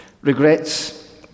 regrets